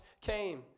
came